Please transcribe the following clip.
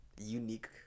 Unique